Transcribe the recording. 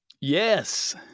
Yes